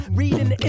reading